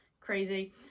crazy